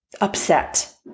upset